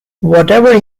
whatever